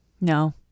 No